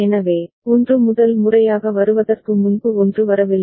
எனவே 1 முதல் முறையாக வருவதற்கு முன்பு 1 வரவில்லை